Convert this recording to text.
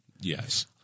Yes